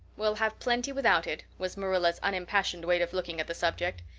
we'll have plenty without it was marilla's unimpassioned way of looking at the subject.